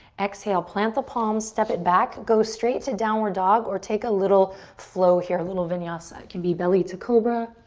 exhale, plant the palms, step it back. go straight to downward dog or take a little flow here, a little vinyasa. it can be belly to cobra,